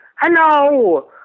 Hello